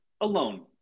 alone